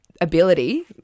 ability